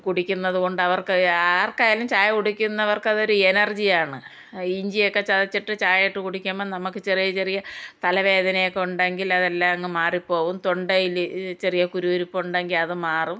കുടിക്കുന്നത് കൊണ്ട് അവർക്ക് ആർക്കായാലും ചായകുടിക്കുന്നവർക്ക് അതൊരു എനർജിയാണ് ഇഞ്ചിയൊക്കെ ചതച്ചിട്ട് ചായ ഇട്ട് കുടിക്കുമ്പോൾ നമുക്ക് ചെറിയ ചെറിയ തലവേദനയൊക്കെ ഉണ്ടെങ്കിൽ അത് എല്ലാം മാറി പോകും തൊണ്ടയിൽ ചെറിയ കുരുകുറുപ്പുണ്ടെങ്കിൽ അത് മാറും